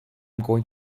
going